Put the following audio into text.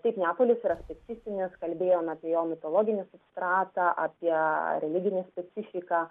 taip neapolis yra mistinis kalbėjom apie jo mitologinį ratą apie religinę specifiką